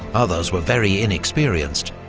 others were very inexperienced,